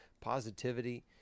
positivity